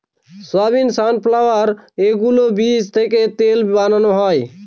soybean, sunflower এগুলোর বীজ থেকে তেল বানানো হয়